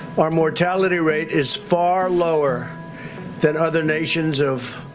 our mortality rate is far lower than other nations of